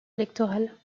électorale